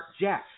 Jeff